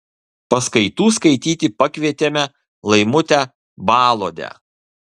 paskaitų skaityti pakvietėme laimutę baluodę